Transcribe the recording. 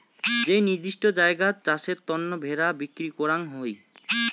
যেই নির্দিষ্ট জায়গাত চাষের তন্ন ভেড়া বিক্রি করাঙ হউ